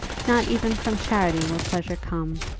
not even from charity will pleasure come,